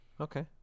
Okay